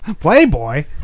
Playboy